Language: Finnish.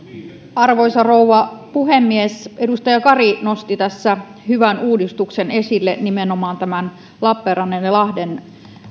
arvoisa rouva puhemies edustaja kari nosti tässä esille hyvän uudistuksen nimenomaan lappeenrannan ja lahden